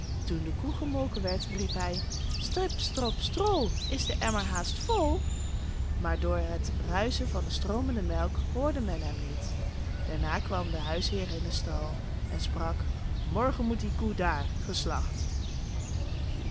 toen de koe gemolken werd riep hij strip strop strol is de emmer haast vol maar door het ruischen van de stroomende melk hoorde men hem niet daarna kwam de huisheer in den stal en sprak morgen moet die koe daar geslacht